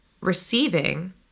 receiving